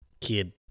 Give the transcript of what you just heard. Kid